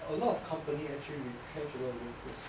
a lot of company actually retrench a lot of workers